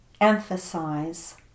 emphasize